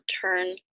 turn